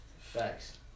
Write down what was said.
Facts